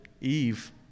Eve